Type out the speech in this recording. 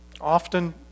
Often